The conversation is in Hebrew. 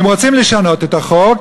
אם רוצים לשנות את החוק,